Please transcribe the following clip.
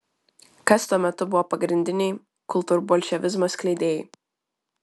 kas tuo metu buvo pagrindiniai kultūrbolševizmo skleidėjai